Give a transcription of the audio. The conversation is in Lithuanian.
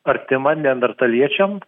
artima neandertaliečiam